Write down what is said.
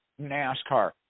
NASCAR